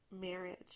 marriage